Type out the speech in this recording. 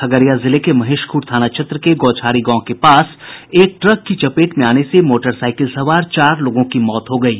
खगड़िया जिले के महेशखूंट थाना क्षेत्र के गौछारी गांव के पास एक ट्रक की चपेट में आने से मोटरसाइकिल सवार चार लोगों की मौत हो गयी